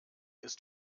ist